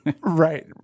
Right